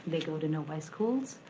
they go to novi schools.